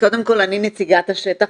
קודם כל אני נציגת השטח,